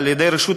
על-ידי הרשויות